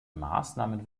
maßnahmen